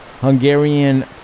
Hungarian